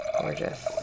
gorgeous